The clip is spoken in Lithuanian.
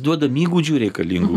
duodam įgūdžių reikalingų